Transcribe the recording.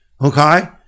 okay